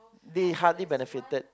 they hardly benefited